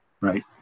right